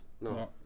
no